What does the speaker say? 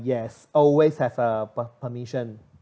yes always have a p~ permission